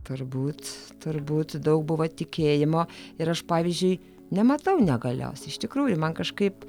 turbūt turbūt daug buvo tikėjimo ir aš pavyzdžiui nematau negalios iš tikrųjų man kažkaip